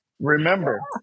remember